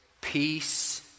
peace